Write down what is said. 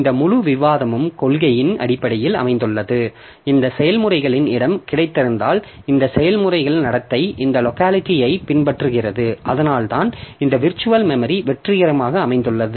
இந்த முழு விவாதமும் கொள்கையின் அடிப்படையில் அமைந்துள்ளது இந்த செயல்முறைகளின் இடம் கிடைத்திருந்தால் இந்த செயல்முறையின் நடத்தை இந்த லோக்காலிட்டி ஐ பின்பற்றுகிறது அதனால்தான் இந்த விர்ச்சுவல் மெமரி வெற்றிகரமாக அமைந்துள்ளது